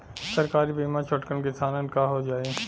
सरकारी बीमा छोटकन किसान क हो जाई?